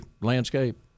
landscape